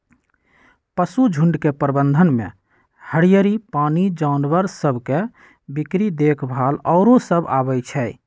पशुझुण्ड के प्रबंधन में हरियरी, पानी, जानवर सभ के बीक्री देखभाल आउरो सभ अबइ छै